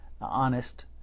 honest